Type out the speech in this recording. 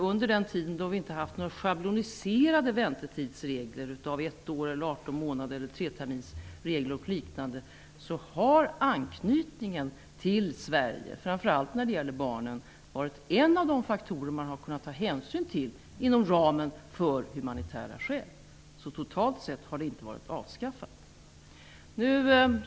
Under den tid som vi inte haft några schabloniserade väntetidsregler -- ett år, 18 månader eller treterminsregeln -- har anknytningen till Sverige, framför allt när det gäller barnen, varit en av de faktorer man har kunnat ta hänsyn till inom ramen för humanitära skäl. Totalt sett har det inte varit avskaffat.